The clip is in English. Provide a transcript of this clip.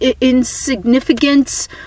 insignificance